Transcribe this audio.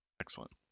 Excellent